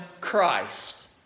Christ